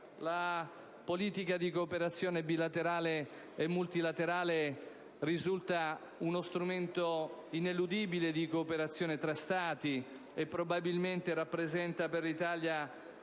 La politica di cooperazione bilaterale e multilaterale risulta uno strumento ineludibile di cooperazione tra Stati, e probabilmente rappresenta per l'Italia